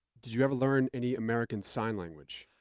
did you ever learn any american sign language?